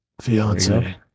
Fiance